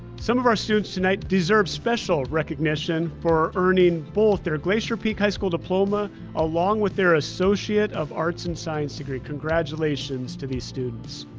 some of our students tonight deserve special recognition for earning both their glacier peak high school diploma along with their associate of arts and science degree. congratulations to these students.